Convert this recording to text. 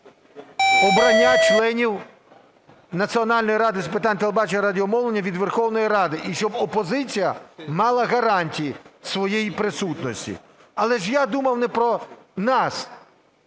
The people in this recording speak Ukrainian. обрання членів Національної ради з питань телебачення і радіомовлення від Верховної Ради і щоб опозиція мала гарантії своєї присутності. Але ж я думав не про нас,